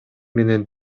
менен